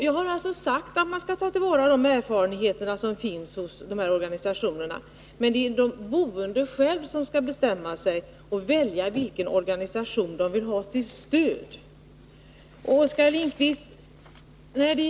Jag har sagt att man skall ta till vara de erfarenheter som finns hos organisationerna men att det är de boende själva som skall bestämma sig och välja vilken organisation de vill ha till stöd. Oskar Lindkvist!